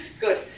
Good